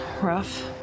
rough